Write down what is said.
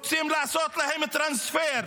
רוצים לעשות להם טרנספר,